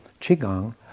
qigong